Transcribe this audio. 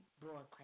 broadcast